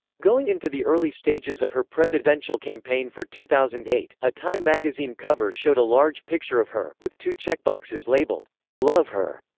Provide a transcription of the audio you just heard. going into the early stages of her presidential campaign for two thousand and eight, a time magazine cover showed a large picture of her, with two checkboxes labeled love her,